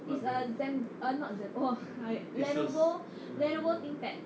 is a zen~ no not zen~ Lenovo Lenovo thinkpad